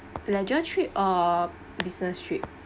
pleasure trip or business trip